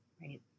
right